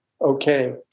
okay